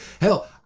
Hell